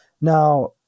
Now